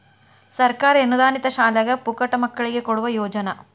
ಸರ್ಕಾರಿ ಅನುದಾನಿತ ಶಾಲ್ಯಾಗ ಪುಕ್ಕಟ ಮಕ್ಕಳಿಗೆ ಕೊಡುವ ಯೋಜನಾ